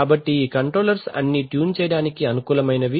కాబట్టి ఈ కంట్రోలర్స్ అన్నీ ట్యూన్ చేయడానికి అనుకూలమైనవి